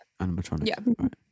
animatronics